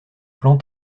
plan